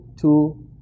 two